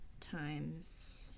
times